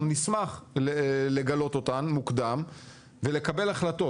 אנחנו נשמח לגלות אותן מוקדם ולקבל החלטות.